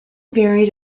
varied